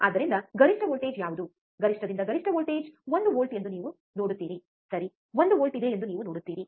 ಆದ್ದರಿಂದ ಗರಿಷ್ಠ ವೋಲ್ಟೇಜ್ ಯಾವುದು ಗರಿಷ್ಠದಿಂದ ಗರಿಷ್ಠ ವೋಲ್ಟೇಜ್ ಒಂದು ವೋಲ್ಟ್ ಎಂದು ನೀವು ನೋಡುತ್ತೀರಿ ಸರಿ 1 ವೋಲ್ಟ್ ಇದೆ ಎಂದು ನೀವು ನೋಡುತ್ತೀರಿ